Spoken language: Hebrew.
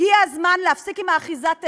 הגיע הזמן להפסיק את אחיזת העיניים,